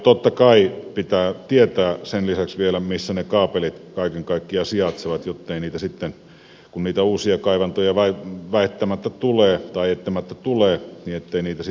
totta kai pitää tietää sen lisäksi vielä missä ne kaapelit kaiken kaikkiaan sijaitsevat jottei niitä sitten kun niitä uusia kaivantoja eittämättä tulee rikota